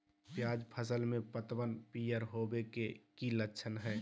प्याज फसल में पतबन पियर होवे के की लक्षण हय?